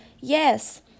Yes